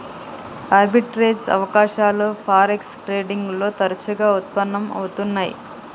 arbitrage అవకాశాలు forex trading లో తరచుగా వుత్పన్నం అవుతున్నై